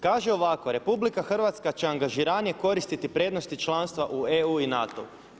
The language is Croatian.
Kaže ovako, RH će angažiranije koristiti prednosti članstva u EU i NATO-u.